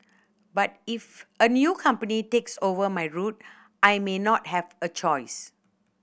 but if a new company takes over my route I may not have a choice